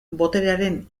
boterearen